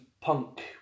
punk